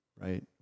right